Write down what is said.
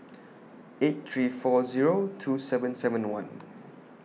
eight three four Zero two seven seven one